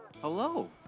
Hello